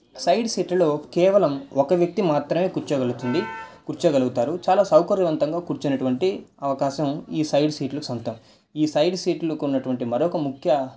side సీట్లో కేవలం ఒక వ్యక్తి మాత్రమే కూర్చోగలుగుతుంది కూర్చోగలుగుతారు చాలా సౌకర్యవంతంగా కూర్చోగలుగునటువంటి అవకాశం ఈ సైడ్ సీట్లకే సొంతం ఈ సైడు సీట్లకున్నటువంటి మరొక ముఖ్య